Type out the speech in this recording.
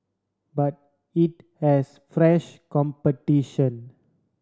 but it has fresh competition